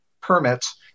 permits